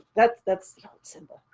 that's that's not simba.